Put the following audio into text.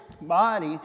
body